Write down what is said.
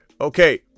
Okay